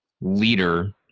leader